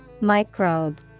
Microbe